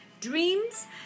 dreams